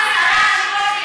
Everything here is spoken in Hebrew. גבול.